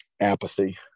apathy